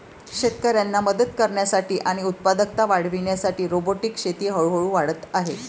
शेतकऱ्यांना मदत करण्यासाठी आणि उत्पादकता वाढविण्यासाठी रोबोटिक शेती हळूहळू वाढत आहे